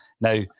Now